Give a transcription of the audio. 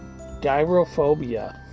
gyrophobia